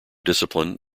discipline